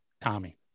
tommy